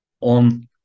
on